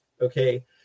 okay